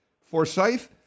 Forsyth